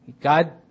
God